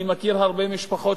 אני מכיר הרבה שכירים